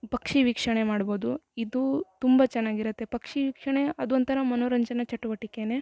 ಪಕ್ಷಿ ವೀಕ್ಷಣೆ ಮಾಡ್ಬೋದು ಇದು ತುಂಬ ಚೆನಾಗಿರುತ್ತೆ ಪಕ್ಷಿ ವೀಕ್ಷಣೆ ಅದೊಂದು ಥರ ಮನೋರಂಜನೆ ಚಟುವಟಿಕೇನೆ